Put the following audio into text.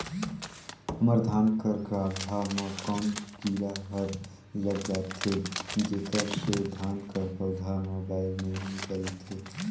हमर धान कर गाभा म कौन कीरा हर लग जाथे जेकर से धान कर पौधा म बाएल नइ निकलथे?